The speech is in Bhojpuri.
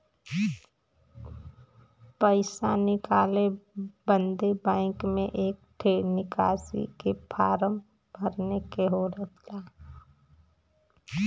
पइसा निकाले बदे बैंक मे एक ठे निकासी के फारम भरे के होला